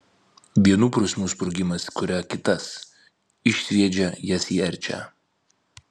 vienų prasmių sprogimas kuria kitas išsviedžia jas į erčią